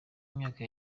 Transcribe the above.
imyaka